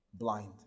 Blind